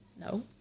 no